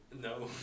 No